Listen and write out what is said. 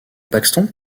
paxton